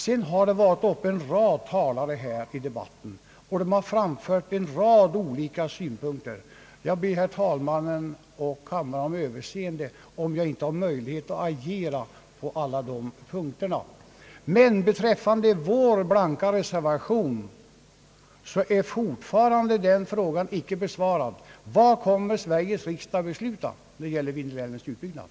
Det har varit en rad talare uppe i debatten, och de har fört fram en rad olika synpunkter. Jag ber kammaren och talmannen om överseende, om jag inte har möjlighet att agera på alla de punkterna. Men beträffande vår blanka reservation är fortfarande den frågan icke besvarad: Vad kommer Sveriges riksdag att besluta när det gäller frågan om Vindelälvens utbyggnad?